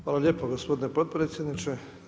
Hvala lijepo gospodine potpredsjedniče.